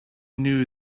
knew